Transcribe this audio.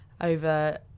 over